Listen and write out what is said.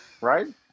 right